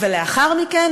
ולאחר מכן,